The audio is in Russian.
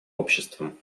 обществом